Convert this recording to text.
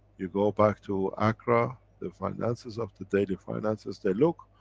you go back to accra, the finances of the daily finances, they look,